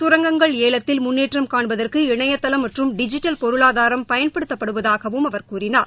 கரங்கங்கள் ஏலத்தில் முன்னேற்றம் காண்பதற்கு இணையதளம் மற்றும் டிஜிட்டல் பொருளாதாரம் பயன்படுத்தப்படுவதாகவும் அவர் கூறினார்